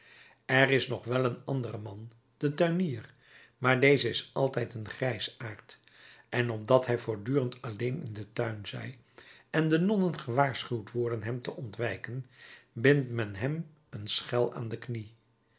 er is nog wel een andere man de tuinier maar deze is altijd een grijsaard en opdat hij voortdurend alleen in den tuin zij en de nonnen gewaarschuwd worden hem te ontwijken bindt men hem een schel aan de knie